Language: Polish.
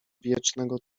wiecznego